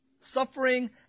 Suffering